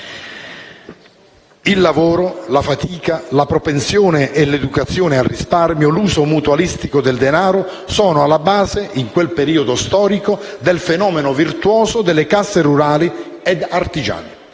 Il lavoro, la fatica, la propensione e l'educazione al risparmio, l'uso mutualistico del denaro, in quel periodo storico, sono alla base del fenomeno virtuoso delle casse rurali e artigiane.